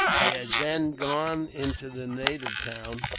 he had then gone into the native town,